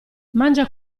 mangia